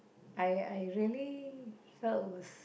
I I really felt